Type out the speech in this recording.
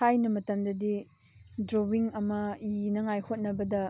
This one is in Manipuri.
ꯊꯥꯏꯅ ꯃꯇꯝꯗꯗꯤ ꯗ꯭ꯔꯣꯋꯤꯡ ꯑꯃ ꯏꯅꯉꯥꯏ ꯍꯣꯠꯅꯕꯗ